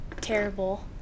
terrible